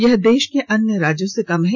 यह देश के अन्य राज्यों से कम है